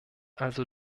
also